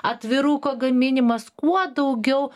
atviruko gaminimas kuo daugiau